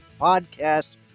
Podcast